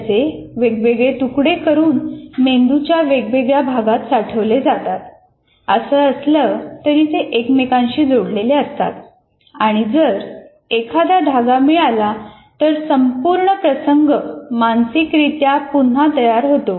त्याचे वेगवेगळे तुकडे करून मेंदूच्या वेगवेगळ्या भागात साठवले जातात असं असलं तरी ते एकमेकांशी जोडलेले असतात आणि जर एखादा धागा मिळाला तर संपूर्ण प्रसंग मानसिकरित्या पुन्हा तयार होतो